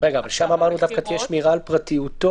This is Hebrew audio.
-- שם אמרנו דווקא שתהיה שמירה על פרטיותו.